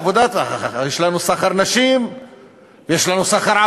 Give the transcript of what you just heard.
הרי יש לנו סחר נשים,